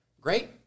great